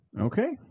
Okay